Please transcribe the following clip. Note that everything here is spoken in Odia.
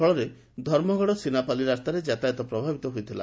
ଫଳରେ ଧର୍ମଗଡ଼ ସିନାପାଲି ରାସ୍ତାରେ ଯାତାୟାତ ପ୍ରଭାବିତ ହୋଇଥିଲା